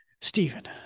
Stephen